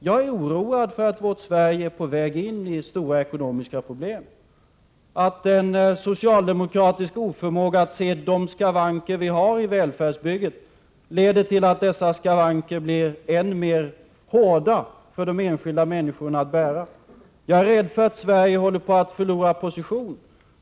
Jag är oroad för att vårt Sverige är på väg in i stora ekonomiska problem, att en socialdemokratisk oförmåga att se de skavanker som vi har i välfärdsbygget leder till att dessa skavanker blir än mer hårda för de enskilda människorna att bära. Jag är rädd för att Sverige håller på att förlora position.